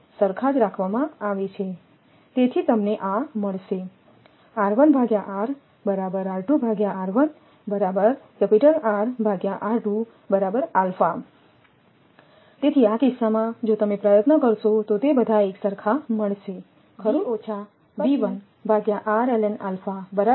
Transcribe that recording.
તે સરખા જ રાખવામાં આવે છેતેથી તમને આ મળશે તેથી આકિસ્સામાં જો તમે પ્રયત્ન કરશોતો તે બધા એક સરખામળશે ખરું